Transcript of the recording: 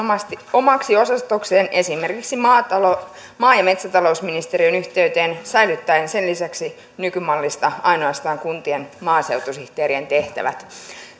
omaksi osastokseen esimerkiksi maa ja metsätalousministeriön yhteyteen säilyttäen sen lisäksi nykymallista ainoastaan kuntien maaseutusihteerien tehtävät